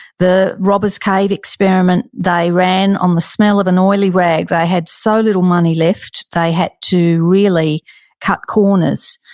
the robbers cave experiment they ran on the smell of an oily rag. they had so little money left. they had to really cut corners.